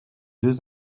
deux